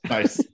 Nice